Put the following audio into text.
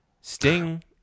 Sting